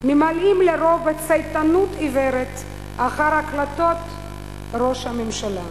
ממלאים לרוב בצייתנות עיוורת אחר החלטות ראש הממשלה.